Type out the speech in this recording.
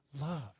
love